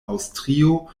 aŭstrio